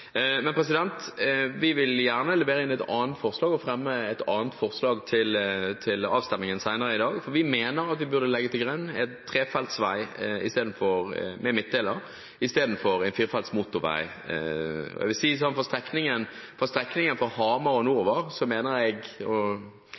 Men vi vil gjerne levere inn og fremme et annet forslag til avstemningen senere i dag, for vi mener at vi burde legge til grunn en trefelts vei med midtdeler istedenfor en firefelts motorvei. Jeg vil si det sånn at når det gjelder strekningen fra Hamar og